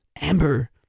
Amber